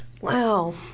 wow